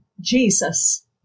Jesus